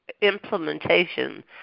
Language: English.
implementation